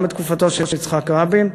גם בתקופתו של יצחק רבין,